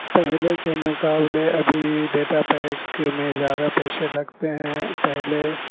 پہلے کے مقابلے ابھی ڈیٹا پیک میں زیادہ پیسے لگتے ہیں پہلے